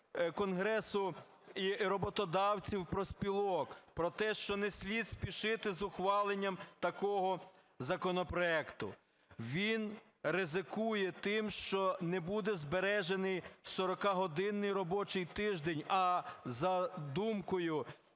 Конгресу роботодавців і профспілок про те, що не слід спішити з ухваленням такого законопроекту. Він ризикує тим, що не буде збережений 40-годинний робочий тиждень, а за думкою